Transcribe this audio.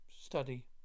study